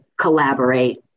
collaborate